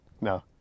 No